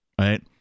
right